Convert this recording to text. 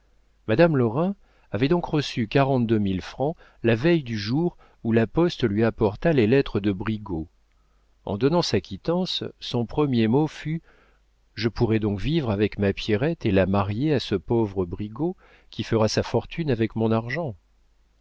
madame lorrain avait donc reçu quarante-deux mille francs la veille du jour où la poste lui apporta les lettres de brigaut en donnant sa quittance son premier mot fut je pourrai donc vivre avec ma pierrette et la marier à ce pauvre brigaut qui fera sa fortune avec mon argent